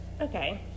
okay